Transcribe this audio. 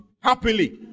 happily